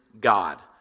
God